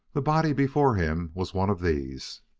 the body before him was one of these.